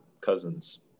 Cousins